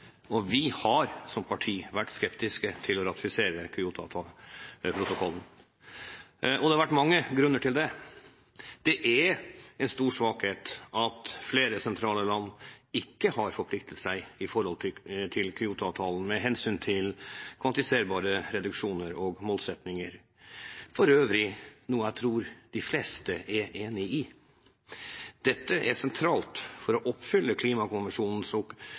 og vi har som parti vært skeptiske til å ratifisere Kyotoprotokollen. Det har vært mange grunner til det. Det er en stor svakhet at flere sentrale land ikke har forpliktet seg i henhold til Kyoto-avtalen med hensyn til kvantifiserbare reduksjoner og målsettinger – for øvrig noe jeg tror de fleste er enig i. Dette er sentralt for å oppfylle klimakonvensjonens